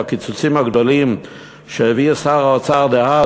בקיצוצים הגדולים שהביא שר האוצר דאז,